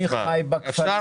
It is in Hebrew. אני חי בכפרים